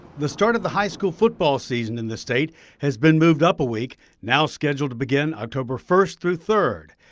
the start of the high school football season in the state has been moved up a week, now scheduled to begin october first through third.